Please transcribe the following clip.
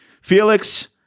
Felix